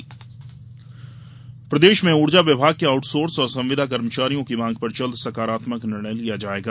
विद्युत कर्मचारी प्रदेश में ऊर्जा विभाग के आउटसोर्स और संविदा कर्मचारियों की माँग पर जल्द सकारात्मक निर्णय लिया जायेगा